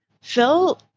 Phil